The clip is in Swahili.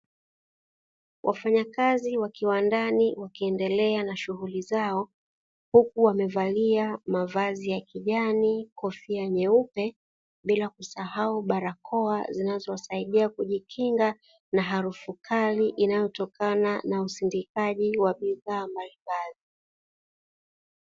Wafanyakazi wa kiwandani wakiendelea na shughuli zao, huku wamevalia mavazi ya kijani, kofia nyeupe, bila kusahau barakoa zinazowasaidia kujikinga na harufu kali inayotokana na usindikaji wa bidhaa mbalimbali.